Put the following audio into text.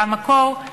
במקור,